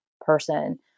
person